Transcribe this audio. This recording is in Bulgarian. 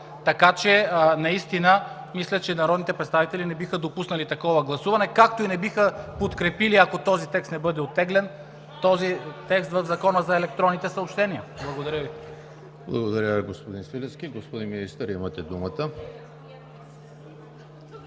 зала. Наистина мисля, че народните представители не биха допуснали такова гласуване, както и не биха подкрепили, ако не бъде оттеглен този текст в Закона за електронните съобщения. Благодаря ви. ПРЕДСЕДАТЕЛ ЕМИЛ ХРИСТОВ: Благодаря, господин Свиленски. Господин Министър, имате думата.